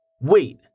Wait